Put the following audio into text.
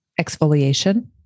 Exfoliation